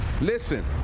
Listen